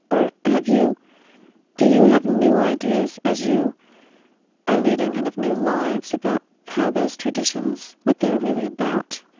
or have you do you have new ideas as you are leading kind of new lives, about how those traditions what they're really about?